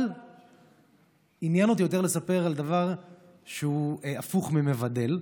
אבל עניין אותי יותר לספר על דבר שהוא הפוך ממבדל,